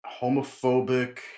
homophobic